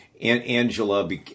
Angela